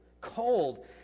cold